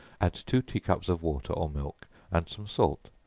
add two tea-cups of water or milk, and some salt,